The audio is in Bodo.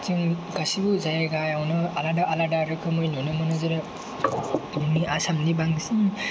जों गासैबो जायगायावनो आलादा आलादा रोखोमै नुनो मोनो जेरै आसामनि बांसिन